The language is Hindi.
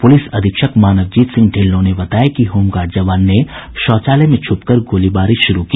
पुलिस अधीक्षक मानवजीत सिंह ढिल्लो ने बताया कि होमगार्ड जवान ने शौचालय में छुपकर गोलीबारी शुरू की